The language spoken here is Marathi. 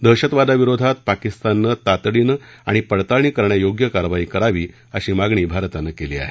दहशतवादाविरोधात पाकिस्ताननं तातडीनं आणि पडताळणी करण्यायोग्य कारवाई करावी अशी मागणी भारतानं केली आहे